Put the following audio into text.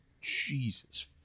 Jesus